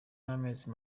y’amezi